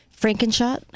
Frankenshot